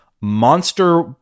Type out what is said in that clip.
Monster